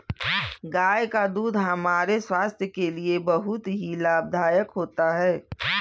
गाय का दूध हमारे स्वास्थ्य के लिए बहुत ही लाभदायक होता है